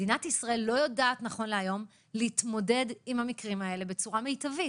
מדינת ישראל לא יודעת נכון להיום להתמודד עם המקרים האלה בצורה מיטבית.